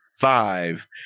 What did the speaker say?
five